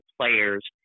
players